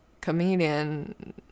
comedian